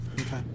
Okay